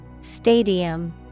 Stadium